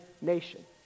nation